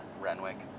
Renwick